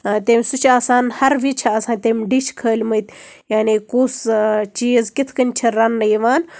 تٔمی سُہ چھُ آسان ہَر وِزِ چھِ آسان تٔمی ڈِش کھٲلمٕتۍ یعنی کُس چیٖز کِتھ کٔنۍ چھِ رَننہٕ یِوان